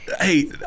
hey